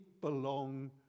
belong